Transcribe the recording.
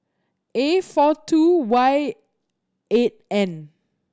A four two Y eight N